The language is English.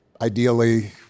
ideally